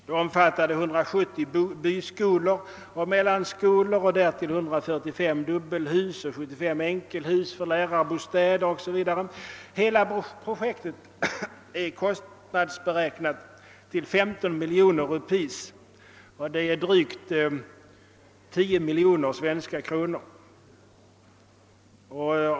Det omfattade 170 byskolor och mellanskolor och därtill 145 dubbla hus och 75 enkla hus för lärarbostäder, o.s.v. Hela projektet kostnadsberäknades till 15 miljoner rupees — drygt 10 miljoner svenska kronor.